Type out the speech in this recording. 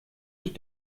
dich